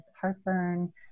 heartburn